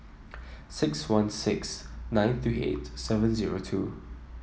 six one six nine three eight seven zero two